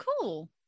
cool